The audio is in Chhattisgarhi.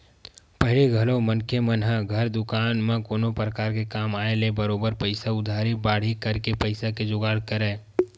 पहिली घलो मनखे मन ह घर दुवार म कोनो परकार के काम के आय ले बरोबर पइसा उधारी बाड़ही करके पइसा के जुगाड़ करय